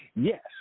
Yes